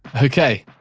okay.